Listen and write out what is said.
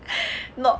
not